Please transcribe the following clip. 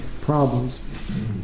problems